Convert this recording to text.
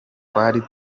twari